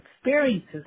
Experiences